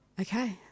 Okay